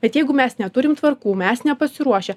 bet jeigu mes neturim tvarkų mes nepasiruošę